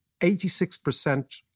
86%